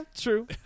true